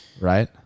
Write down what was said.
right